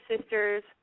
sisters